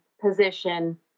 position